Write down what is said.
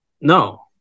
no